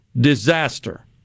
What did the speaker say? disaster